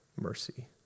mercy